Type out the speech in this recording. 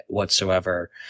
whatsoever